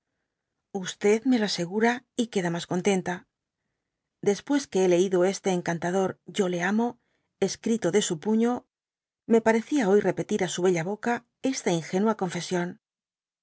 me lo asegura y queda mas contenta después que hé leído este encantador o le aino escrito de su puño me parecía oir repetir á su bella boca esta ingenua confesión